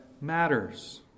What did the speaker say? matters